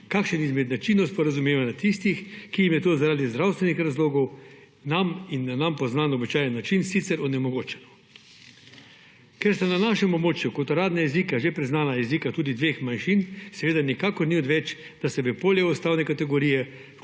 kakšen izmed načinov sporazumevanja tistih, ki jim je to zaradi zdravstvenih razlogov in na nam poznan običajen način sicer onemogočeno. Ker sta na našem območju kot uradna jezika že priznana jezika tudi dveh manjšin, seveda nikakor ni odveč, da se v polje ustavne kategorije